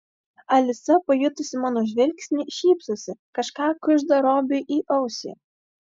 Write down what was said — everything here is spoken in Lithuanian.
alisa pajutusi mano žvilgsnį šypsosi kažką kužda robiui į ausį